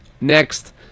next